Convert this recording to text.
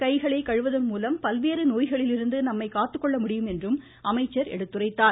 கைகளை கழுவுவதன்மூலம் பல்வேறு நோய்களிலிருந்து நம்மை காத்துக்கொள்ள முடியும் என்றும் அமைச்சர் எடுத்துரைத்தார்